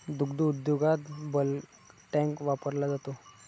दुग्ध उद्योगात bulk tank वापरला जातो